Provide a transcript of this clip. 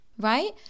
right